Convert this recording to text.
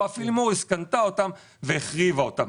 קנתה אותם והחריבה אותם.